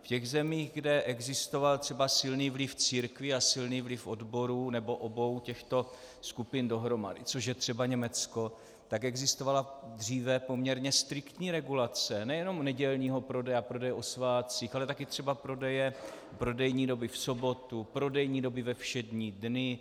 V zemích, kde existoval třeba silný vliv církví a silný vliv odborů nebo obou těchto skupin dohromady, což je třeba Německo, existovala dříve poměrně striktní regulace nejenom nedělního prodeje a prodeje o svátcích, ale taky třeba prodejní doby v sobotu, prodejní doby ve všední dny.